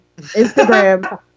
Instagram